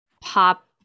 pop